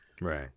Right